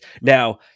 Now